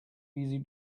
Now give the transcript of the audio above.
easy